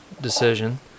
decision